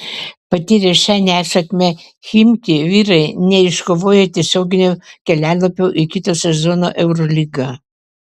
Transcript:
patyrę šią nesėkmę chimki vyrai neiškovojo tiesioginio kelialapio į kito sezono eurolygą